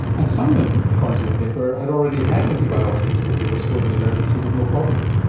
and some of them, according to your paper, had already had antibiotics that they were supposedly allergic to with no problems.